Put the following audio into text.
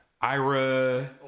ira